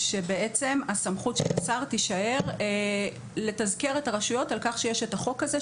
שבעצם הסמכות של השר תישאר לתזכר את הרשויות על כך שיש את החוק הזה,